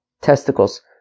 testicles